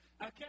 Okay